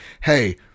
hey